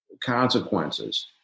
consequences